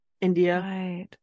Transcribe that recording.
India